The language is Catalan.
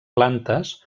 plantes